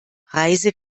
preise